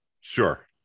Sure